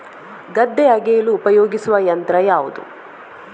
ಗದ್ದೆ ಅಗೆಯಲು ಉಪಯೋಗಿಸುವ ಯಂತ್ರ ಯಾವುದು?